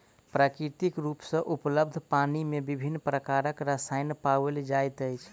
प्राकृतिक रूप सॅ उपलब्ध पानि मे विभिन्न प्रकारक रसायन पाओल जाइत अछि